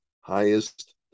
highest